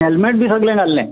helmet बी सगळें घाल्लें